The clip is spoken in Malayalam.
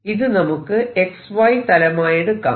ഇത് നമുക്ക് XY തലമായെടുക്കാം